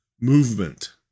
movement